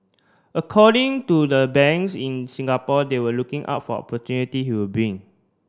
according to the banks in Singapore they were looking out for opportunity he will bring